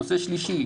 הנושא השלישי,